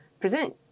present